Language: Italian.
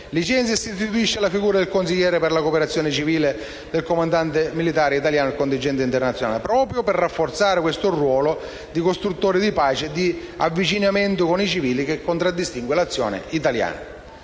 e si istituisce la figura del consigliere per la cooperazione civile del comandante militare italiano del contingente internazionale, proprio al fine di rafforzare questo ruolo di costruttori di pace e di avvicinamento con i civili che contraddistingue l'azione italiana.